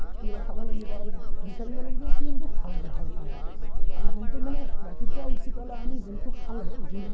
সেইকেইটা চাব লাগিব আৰু বিচাৰিব লাগিব কিন্তু ভাল দেহৰ কাৰণে আৰু যোনটো মানে ৰাতিপুৱাই উঠি পেলাই আমি যোনটো খালে যিম